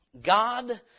God